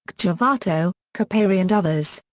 gjavato, capari and others.